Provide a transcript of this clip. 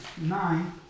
nine